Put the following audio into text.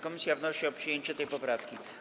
Komisja wnosi o przyjęcie tej poprawki.